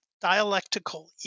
dialectical